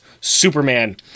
Superman